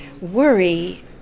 worry